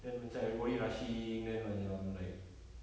then macam everybody rushing then macam like